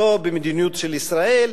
לא במדיניות של ישראל,